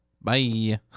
Bye